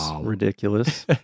ridiculous